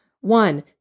one